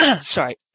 Sorry